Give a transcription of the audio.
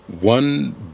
One